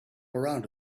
around